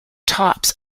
tops